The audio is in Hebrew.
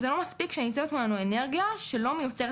וזה לא מספיק שניצבת מולנו אנרגיה שלא מיוצרת